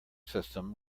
system